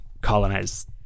colonize